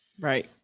Right